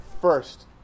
First